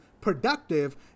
productive